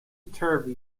turvy